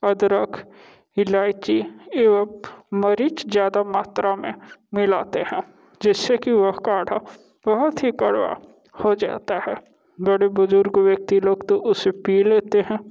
अदरक इलायची एवं मरीच ज़्यादा मात्रा में मिलाते हैं जिससे कि वह काढ़ा बहुत ही कड़वा हो जाता है बड़े बुज़ुर्ग व्यक्ति लोग तो उसे पी लेते हैं